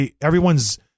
everyone's